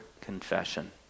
confession